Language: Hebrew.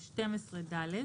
55א12(ד),